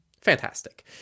Fantastic